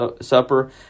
Supper